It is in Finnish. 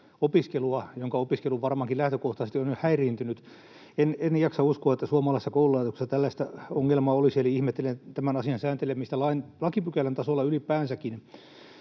oppilaalta, jonka opiskelu varmaankin lähtökohtaisesti on jo häiriintynyt. En jaksa uskoa, että suomalaisessa koululaitoksessa tällaista ongelmaa olisi, eli ihmettelen tämän asian sääntelemistä lakipykälän tasolla ylipäänsäkin.